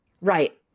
Right